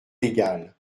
légale